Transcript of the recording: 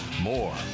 more